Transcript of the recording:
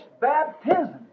baptism